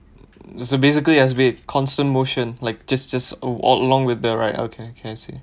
so basically as with constant motion like just is all along with the ride okay I see